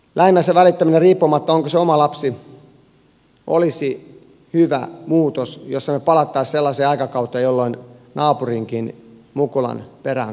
lähinnä se välittäminen riippumatta siitä onko se oma lapsi olisi hyvä muutos jos sillä palattaisiin sellaiseen aikakauteen jolloin naapurinkin mukulan perään katsottiin